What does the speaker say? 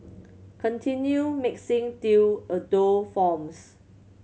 continue mixing till a dough forms